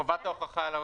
חובת ההוכחה על העוסק.